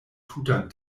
tutan